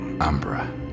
Umbra